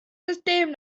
system